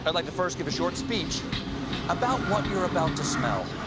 but like to first give a short speech about what you're about to smell.